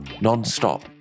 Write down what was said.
non-stop